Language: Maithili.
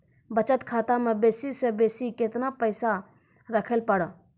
बचत खाता म बेसी से बेसी केतना पैसा रखैल पारों?